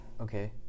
Okay